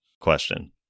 question